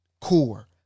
core